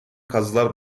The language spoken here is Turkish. kazılar